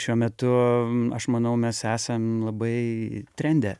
šiuo metu aš manau mes esam labai trende